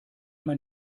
man